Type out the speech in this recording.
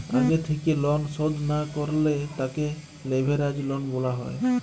আগে থেক্যে লন শধ না করলে তাকে লেভেরাজ লন বলা হ্যয়